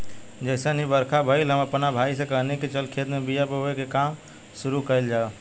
जइसे ही बरखा भईल, हम आपना भाई से कहनी की चल खेत में बिया बोवे के काम शुरू कईल जाव